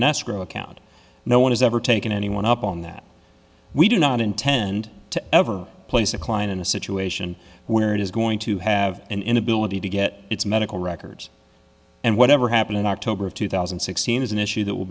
an escrow account no one has ever taken anyone up on that we do not intend to ever place a client in a situation where it is going to have an inability to get its medical records and whatever happened in october of two thousand and sixteen is an issue that will